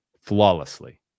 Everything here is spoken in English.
flawlessly